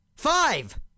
Five